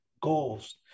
Goals